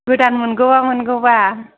गोदान मोनगौबा मोनगौबा